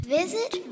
Visit